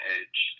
edge